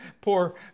poor